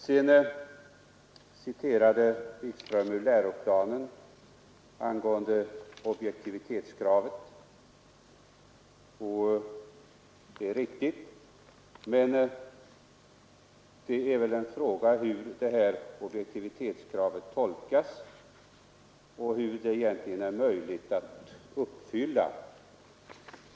Herr Wikström citerade helt riktigt ur läroplanen angående objektivitetskravet, men det är väl fråga om hur objektivitetskravet tolkas och hur det är möjligt att uppfylla.